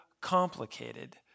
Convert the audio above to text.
complicated